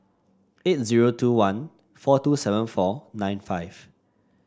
eight zero two one four two seven four nine five